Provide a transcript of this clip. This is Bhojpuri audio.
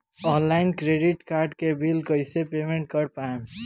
ऑनलाइन क्रेडिट कार्ड के बिल कइसे पेमेंट कर पाएम?